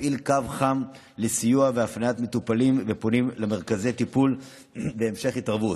מפעיל קו חם לסיוע והפניית מטופלים ופונים למרכזי טיפול להמשך התערבות.